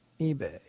eBay